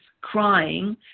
crying